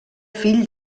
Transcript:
fill